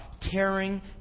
tearing